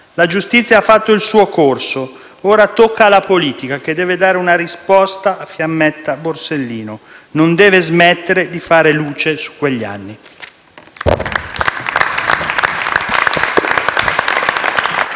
La giustizia ha fatto il suo corso, ora tocca alla politica che deve dare una risposta a Fiammetta Borsellino, non deve smettere di fare luce su quegli anni. *(Applausi